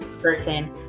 person